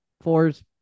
four's